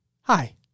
hi